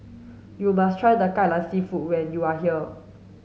you must try kai lan seafood when you are here